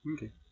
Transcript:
Okay